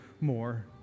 more